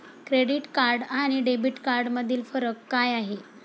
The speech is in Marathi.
क्रेडिट कार्ड आणि डेबिट कार्डमधील फरक काय आहे?